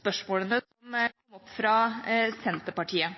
spørsmålene som kom fra Senterpartiet.